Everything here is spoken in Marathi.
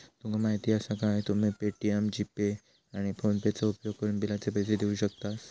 तुका माहीती आसा काय, तुम्ही पे.टी.एम, जी.पे, आणि फोनेपेचो उपयोगकरून बिलाचे पैसे देऊ शकतास